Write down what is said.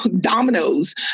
dominoes